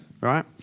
Right